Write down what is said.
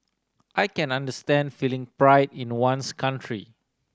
I can understand feeling pride in one's country